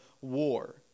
war